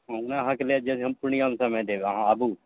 ओहने अहाँके लेल जे हम पूर्णियामे समय देब अहाँ आबू